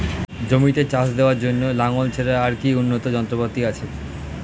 জমিতে চাষ দেওয়ার জন্য লাঙ্গল ছাড়া আর কি উন্নত যন্ত্রপাতি আছে?